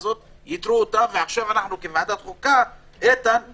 וייתרו אותה ועכשיו אנחנו כוועדת חוקה- -- לא.